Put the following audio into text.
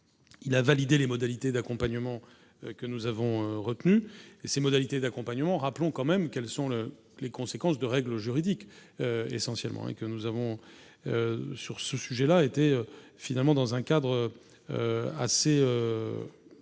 il a validé les modalités d'accompagnement que nous avons retenus et ses modalités d'accompagnement rappelons quand même qu'elles sont là, les conséquences de règles juridiques essentiellement et que nous avons sur ce sujet-là était finalement dans un cadre assez,